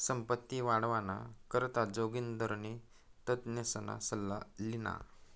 संपत्ती वाढावाना करता जोगिंदरनी तज्ञसना सल्ला ल्हिना